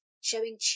showing